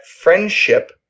friendship